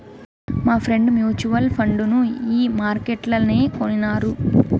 మాఫ్రెండ్ mutual fund ఈ మార్కెట్లనే కొనినారు